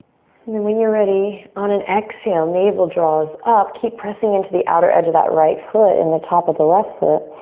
and then when you're ready, on an exhale, navel draws up. keep pressing into the outer edge of that right foot and the top of the left foot.